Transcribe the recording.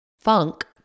FUNK